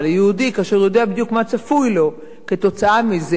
ליהודי כאשר הוא יודע בדיוק מה צפוי לו כתוצאה מזה?